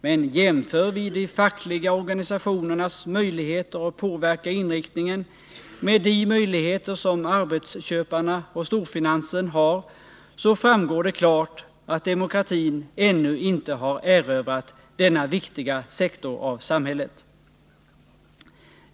Men jämför vi de fackliga organisationernas möjligheter att påverka inriktningen med de möjligheter som arbetsköparna och storfinansen har, framgår det klart att demokratin ännu inte har erövrat denna viktiga sektor av samhället.